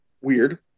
weird